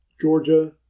Georgia